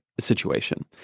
situation